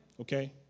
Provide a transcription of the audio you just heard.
Okay